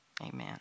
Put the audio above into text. amen